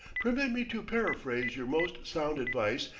permit me to paraphrase your most sound advice,